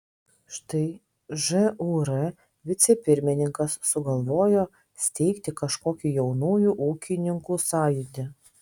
štai žūr vicepirmininkas sugalvojo steigti kažkokį jaunųjų ūkininkų sąjūdį